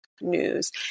news